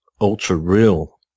ultra-real